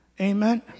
Amen